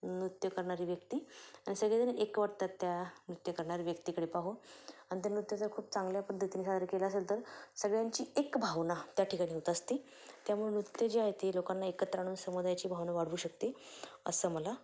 नृत्य करणारी व्यक्ती आणि सगळेजण एकवटतात त्या नृत्य करणारी व्यक्तीकडे पाहून आणि त्या नृत्य जर खूप चांगल्या पद्धतीने साजरे केलं असेल तर सगळ्यांची एक भावना त्या ठिकाणी होत असती त्यामुळे नृत्य जे आहे ते लोकांना एकत्र आणून समुदायाची भावना वाढवू शकते असं मला वाटते